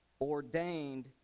ordained